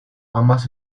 ambas